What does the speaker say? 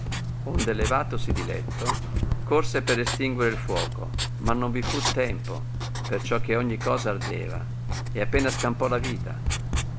onde levatosi di letto corse per estinguere il fuoco ma non vi fu tempo per ciò che ogni cosa ardeva e appena scampò la vita